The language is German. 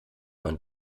man